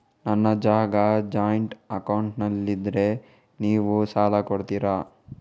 ನನ್ನ ಜಾಗ ಜಾಯಿಂಟ್ ಅಕೌಂಟ್ನಲ್ಲಿದ್ದರೆ ನೀವು ಸಾಲ ಕೊಡ್ತೀರಾ?